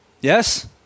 Yes